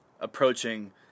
approaching